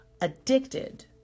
addicted